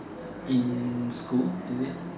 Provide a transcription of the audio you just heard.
in school is it